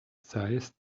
seized